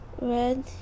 red